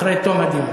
אחרי תום הדיון.